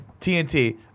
TNT